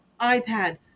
iPad